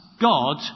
God